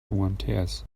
umts